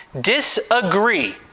disagree